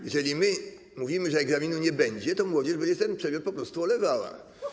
Jeżeli my mówimy, że egzaminu nie będzie, to młodzież będzie ten przedmiot po prostu olewała.